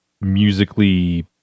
musically